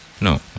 No